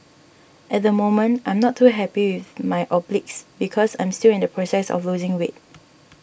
at the moment I'm not too happy with my obliques because I'm still in the process of losing weight